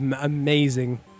amazing